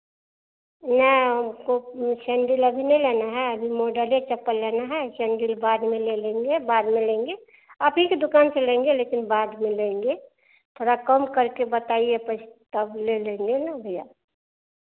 नहीं हमको सेंडिल अभी नहीं लेना है अभी मॉडले चप्पल लेना है सैंडिल बाद में ले लेंगे बाद में लेंगे आप ही की दुकान से लेंगे लेकिन बाद में लेंगे थोड़ा कम करके बताइए पैस तब ले लेंगे ना भैया